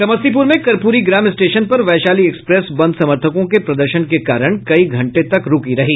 समस्तीपुर में कर्पूरी ग्राम स्टेशन पर वैशाली एक्सप्रेस बंद समर्थकों के प्रदर्शन के कारण कई घंटे तक रूकी रहीं